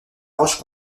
roche